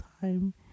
time